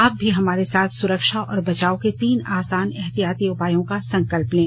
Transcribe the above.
आप भी हमारे साथ सुरक्षा और बचाव के तीन आसान एहतियाती उपायों का संकल्प लें